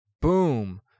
Boom